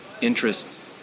interests